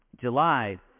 July